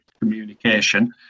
communication